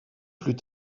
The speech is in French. plus